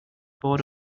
board